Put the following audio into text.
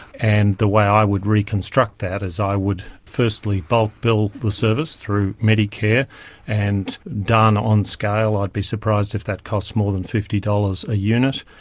and the way i would reconstruct that is i would firstly bulk bill the service through medicare and done on scale i'd be surprised if that cost more than fifty dollars a unit,